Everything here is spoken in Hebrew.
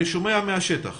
אני שומע מהשטח,